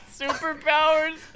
superpowers